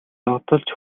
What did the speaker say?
догдолж